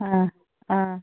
অ অ